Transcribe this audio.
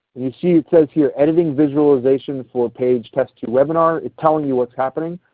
you see it says here, editing visualization for page test two webinar. it's telling you what's happening.